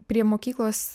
prie mokyklos